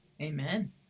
Amen